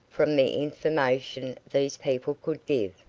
from the information these people could give?